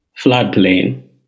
floodplain